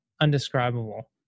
undescribable